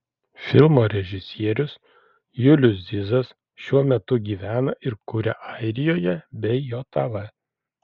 filmo režisierius julius zizas šiuo metu gyvena ir kuria airijoje bei jav